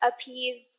appease